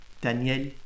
Daniel